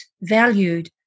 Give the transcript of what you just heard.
valued